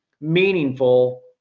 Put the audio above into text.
meaningful